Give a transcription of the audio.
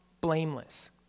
blameless